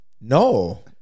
No